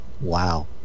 Wow